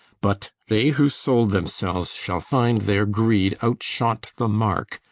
but they who sold themselves shall find their greed out-shot the mark,